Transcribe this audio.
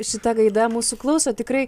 šita gaida mūsų klauso tikrai